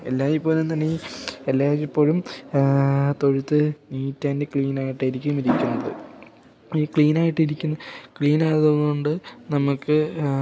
എല്ലായ്പ്പോഴും തന്നെ ഈ എല്ലായ്പ്പോഴും തൊഴുത്ത് നീറ്റ് ആൻഡ് ക്ലീനായിട്ടായിരിക്കും ഇരിക്കുന്നത് ക്ലീനായിട്ട് ക്ലീനായതു കൊണ്ട് നമുക്ക്